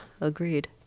agreed